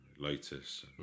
Lotus